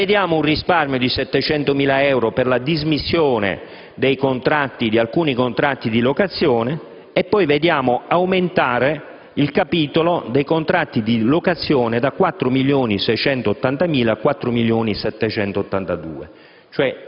Prevediamo un risparmio di 700.000 euro per la dismissione di alcuni contratti di locazione e poi vediamo aumentare il capitolo dei contratti di locazione da 4.680.000 a 4.782.000 euro.